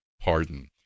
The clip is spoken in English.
pardon